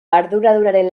arduradunaren